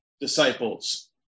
disciples